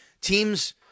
teams